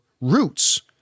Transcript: roots